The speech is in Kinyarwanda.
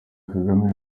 kagame